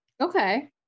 Okay